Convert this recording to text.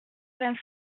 vingt